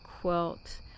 quilt